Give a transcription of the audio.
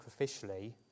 sacrificially